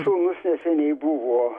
sūnus neseniai buvo